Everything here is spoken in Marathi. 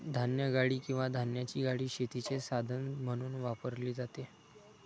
धान्यगाडी किंवा धान्याची गाडी शेतीचे साधन म्हणून वापरली जाते